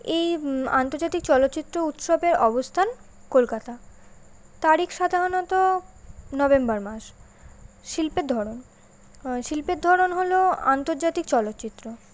এই আন্তর্জাতিক চলচ্চিত্র উৎসবের অবস্থান কলকাতা তারিখ সাধারণত নভেম্বর মাস শিল্পের ধরন শিল্পের ধরন হলো আন্তর্জাতিক চলচ্চিত্র